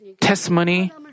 testimony